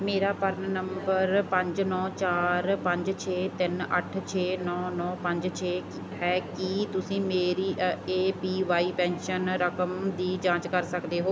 ਮੇਰਾ PRAN number ਪੰਜ ਨੌਂ ਚਾਰ ਪੰਜ ਛੇ ਤਿੰਨ ਅੱਠ ਛੇ ਨੌਂ ਨੌਂ ਪੰਜ ਛੇ ਹੈ ਕੀ ਤੁਸੀਂ ਮੇਰੀ ਅ ਏ ਪੀ ਵਾਈ ਪੈਨਸ਼ਨ ਰਕਮ ਦੀ ਜਾਂਚ ਕਰ ਸਕਦੇ ਹੋ